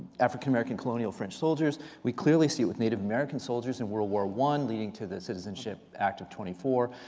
african american colonial french soldiers. we clearly see it with native american soldiers in world war i, leading to the citizenship act of twenty four.